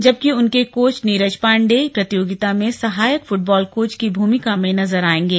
जबकि उनके कोच नीरज पांडे प्रतियोगिता में सहायक फुटबाल कोच की भूमिका में नजर आएंगे